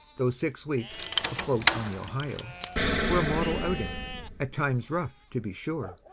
those six weeks afloat on the ohio were a model outing at times rough, to be sure,